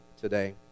today